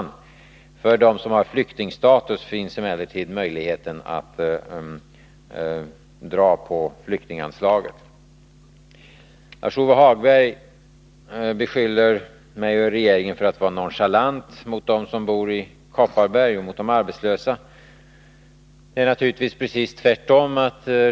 När det gäller dem som har flyktingstatus har man emellertid möjlighet att utnyttja flyktinganslaget. Lars-Ove Hagberg beskyller mig och regeringen för att vara nonchalanta mot dem som bor i Kopparbergs län och mot de arbetslösa. Det är naturligtvis precis tvärtom.